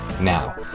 now